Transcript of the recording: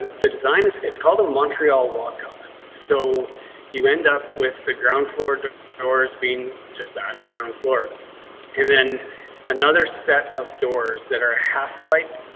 the design is. it's called a montreal walk up so you end up with the ground floor doors being just added ground floor and then another set of doors that are half light,